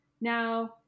Now